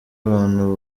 abantu